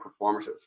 performative